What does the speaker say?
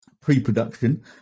pre-production